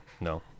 No